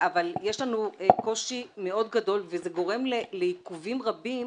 יש לנו קושי גדול מאוד, וזה גורם לעיכובים רבים